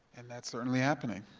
and that's certainly happening,